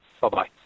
Bye-bye